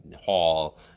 hall